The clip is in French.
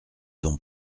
dont